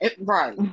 right